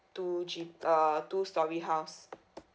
two G uh two storey house